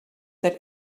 that